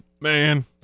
man